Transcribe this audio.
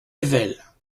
ayvelles